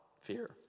Fear